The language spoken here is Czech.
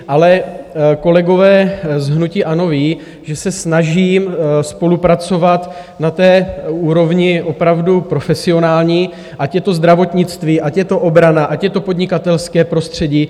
Ale kolegové z hnutí ANO vědí, že se snažím spolupracovat na té úrovni opravdu profesionální, ať je to zdravotnictví, ať je to obrana, ať je to podnikatelské prostředí.